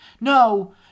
no